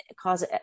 cause